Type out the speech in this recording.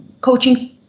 coaching